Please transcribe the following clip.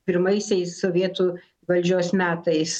pirmaisiais sovietų valdžios metais